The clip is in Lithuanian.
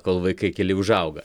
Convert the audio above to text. kol vaikai keli užauga